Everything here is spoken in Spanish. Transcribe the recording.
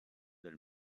del